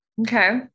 Okay